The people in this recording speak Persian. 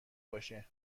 باشه